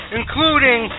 including